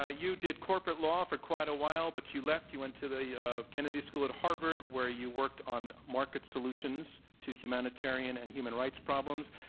ah you did corporate law for quite a while, but you left. you went to the ah kennedy school at harvard where you worked on market solutions to humanitarian and human rights problems.